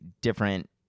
different